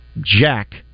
Jack